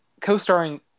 co-starring